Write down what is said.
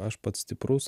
aš pats stiprus